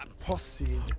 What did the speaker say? Posse